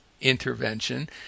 intervention